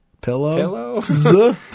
Pillow